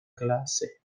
clase